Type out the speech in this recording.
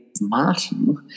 Martin